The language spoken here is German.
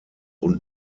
und